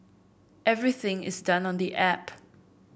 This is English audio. everything is done on the app